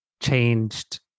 changed